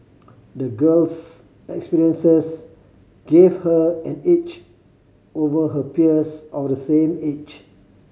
the girl's experiences gave her an edge over her peers of the same age